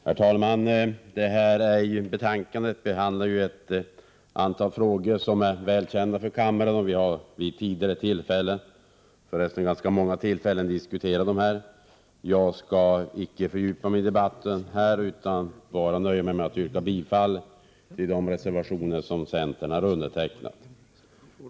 Herr talman! I detta betänkande behandlas ett antal frågor som är välkända för kammaren. Vi har vid tidigare tillfällen, för resten vid ganska många tillfällen, diskuterat dem här. Jag skall icke fördjupa mig i debatten här utan nöja mig med att yrka bifall till de reservationer som centern har undertecknat.